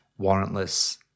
warrantless